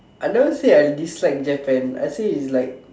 I never say I dislike Japan I say is like